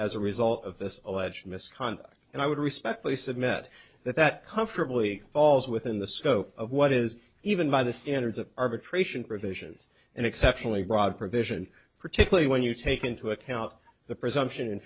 as a result of this alleged misconduct and i would respectfully submit that that comfortably falls within the scope of what is even by the standards of arbitration provisions an exceptionally broad provision particularly when you take into account the presumption in